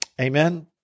Amen